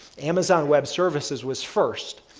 amazon web services was first.